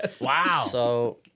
Wow